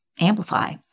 amplify